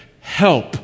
Help